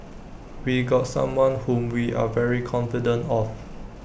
we got someone whom we are very confident of